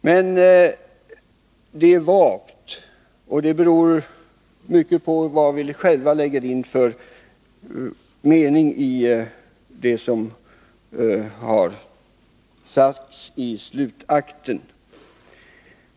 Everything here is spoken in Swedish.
Men dokumentet är tyvärr vagt, och mycket beror på vad vi själva lägger in för mening i det som sagts i slutakten.